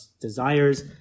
desires